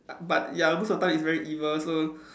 but ya most of the time it's very evil so